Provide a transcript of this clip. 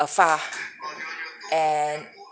afar and